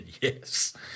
yes